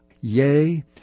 Yea